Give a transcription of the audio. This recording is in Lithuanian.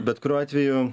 bet kuriuo atveju